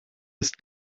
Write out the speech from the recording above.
ist